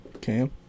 Cam